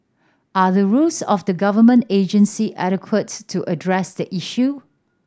are the rules of the government agency adequate to address the issue